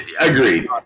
Agreed